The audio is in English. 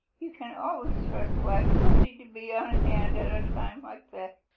you can always trust black pussy to be on hand at a time like that.